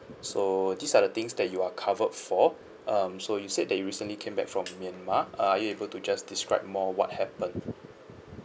so these are the things that you are covered for um so you said that you recently came back from myanmar uh are you able to just describe more what happened